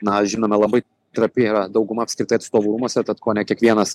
na žinoma labai trapi yra dauguma apskritai atstovų rūmuose tad kone kiekvienas